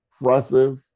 impressive